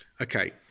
Okay